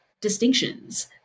distinctions